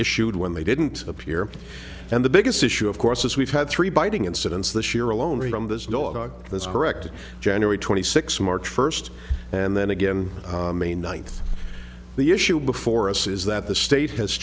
issued when they didn't appear and the biggest issue of course is we've had three biting incidents this year alone on this dog that's correct january twenty six march first and then again may ninth the issue before us is that the state has